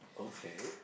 okay